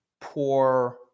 poor